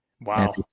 Wow